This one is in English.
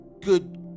good